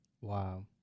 Wow